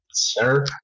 sir